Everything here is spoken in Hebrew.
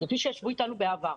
כפי שישבו איתנו בעבר,